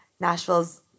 Nashville's